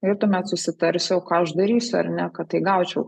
ir tuomet susitarsiu o ką aš darysiu ar ne kad tai gaučiau